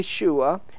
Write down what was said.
Yeshua